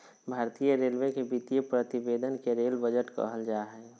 भारतीय रेलवे के वित्तीय प्रतिवेदन के रेल बजट कहल जा हइ